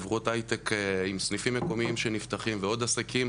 חברות הייטק עם סניפים מקומיים שנפתחים ועוד עסקים,